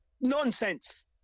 Nonsense